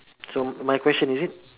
so my question is it